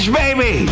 baby